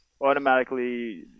automatically